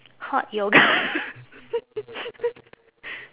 hot yoga